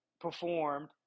performed